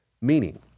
Meaning